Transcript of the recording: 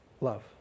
love